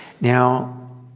Now